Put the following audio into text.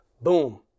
Boom